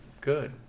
good